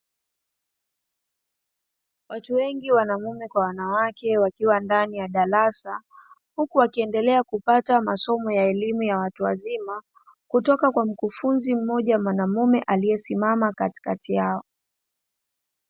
Watu wengi wanamume na wanawake wakiwa ndani ya darasa huku wakiendelea kupata masomo ya elimu ya watu wazima kutoka kwa mkufunzi mmoja mwanamume aliesimama katikati yao.